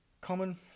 Common